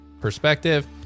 perspective